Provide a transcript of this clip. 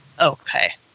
Okay